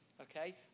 okay